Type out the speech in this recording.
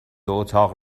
اتاق